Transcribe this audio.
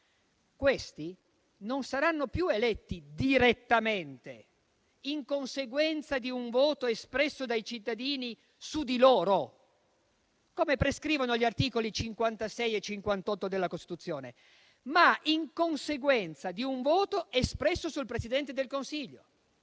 questi saranno non più eletti direttamente, in conseguenza di un voto espresso dai cittadini su di loro, come prescrivono gli articoli 56 e 58 della Costituzione, ma in conseguenza di un voto espresso sul Presidente del Consiglio.